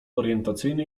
orientacyjny